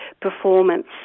performance